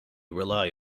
rely